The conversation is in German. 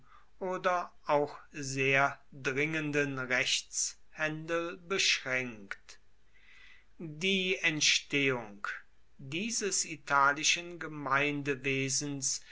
oder auch sehr dringenden rechtshändel beschränkt die entstehung dieses italischen gemeindewesens